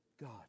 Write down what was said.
God